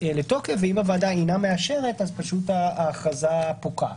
לתוקף ואם הוועדה אינה מאשרת אז ההכרזה פוקעת,